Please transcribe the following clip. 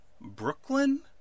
Brooklyn